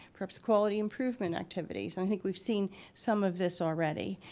perhaps quality improvement activities. i think we've seen some of this already.